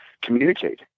Communicate